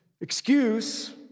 Excuse